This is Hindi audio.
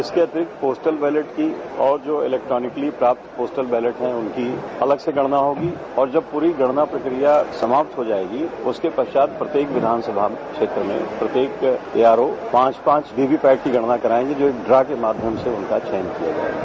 इसके अतिरिक्त पोस्टर बैलेट की और जो इलेक्ट्रिानिकिली प्राप्त पोस्टर बैलेट है उनकी अलग से गणना होगी और जब पूरी गणना प्रक्रिया समाप्त हो जायेगी उसके पश्चात प्रत्येक विधानसभा क्षेत्र में प्रत्येक एआरओ पांच पांच वीवीपेट की गणना करायेंगे जो एक ड्रा के माध्यम से उनका चयन किया जायेगा